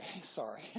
sorry